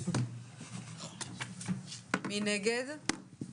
מי נגד?